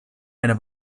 eine